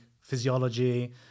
physiology